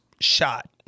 shot